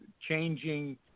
changing